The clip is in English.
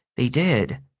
they did.